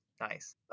Nice